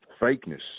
fakeness